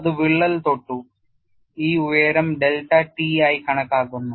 അത് വിള്ളൽ തൊട്ടു ഈ ഉയരം ഡെൽറ്റ t ആയി കണക്കാക്കുന്നു